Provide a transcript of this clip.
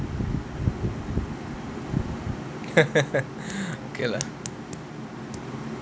okay lah